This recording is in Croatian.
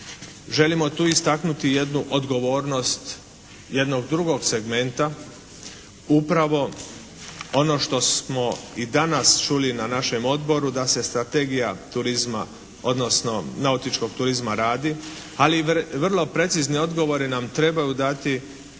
Želimo tu istaknuti jednu odgovornost jednog drugog segmenta upravo ono što smo i danas čuli na našem Odboru da se strategija turizma odnosno nautičkog turizma radi, ali i vrlo precizne odgovore nam trebaju dati